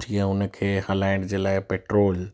जीअं उन खे हलाइण जे लाइ पेट्रोल